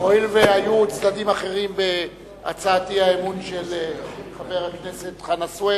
הואיל והיו צדדים אחרים בהצעת האי-אמון של חבר הכנסת חנא סוייד,